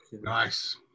Nice